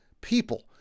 people